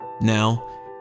Now